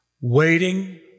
waiting